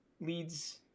leads